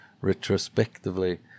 retrospectively